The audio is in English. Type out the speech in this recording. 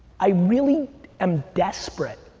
i really am desperate.